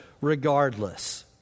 regardless